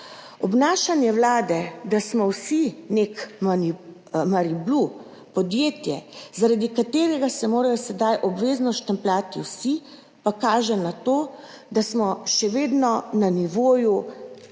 Obnašanje vlade, da smo vsi neko podjetje Marinblu, zaradi katerega se morajo sedaj obvezno štempljati vsi, pa kaže na to, da smo še vedno na nivoju